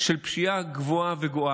של פשיעה גבוהה וגואה,